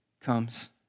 comes